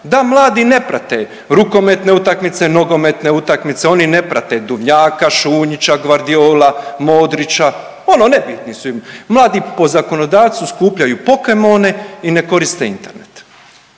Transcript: da mladi ne prate rukometne utakmice, nogometne utakmice, oni ne prate Duvnjaka, Šunjića, Gvardiola, Modrića, ono nebitni su im. Mladi po zakonodavcu skupljaju pokemone i ne koriste internet.